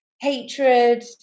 hatred